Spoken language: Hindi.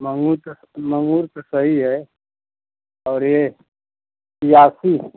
मंगुस क् मंगुस का सही है अरे प्यासी